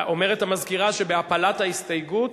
אומרת המזכירה שבהפלת ההסתייגות